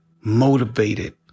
motivated